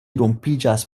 rompiĝas